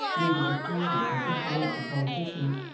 leaders of parties and influential politicians.